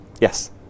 Yes